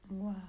Wow